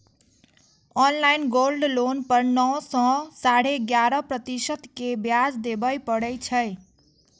online gold loan पर नौ सं साढ़े ग्यारह प्रतिशत के ब्याज देबय पड़ै छै